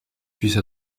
puisse